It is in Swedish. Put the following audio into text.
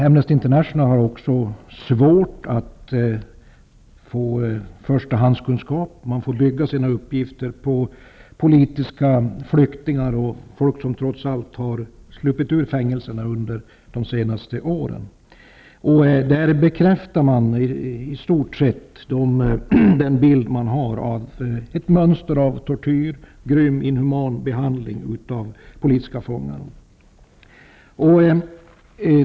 Amnesty International har också svårt att få förstahandskunskap. Man får bygga på uppgifter från politiska flyktingar och människor som trots allt sluppit ur fängelserna under de senaste åren. Dessa bekräftar i stort sett den bild man har. Det finns ett mönster av tortyr och inhuman behandling av politiska fångar.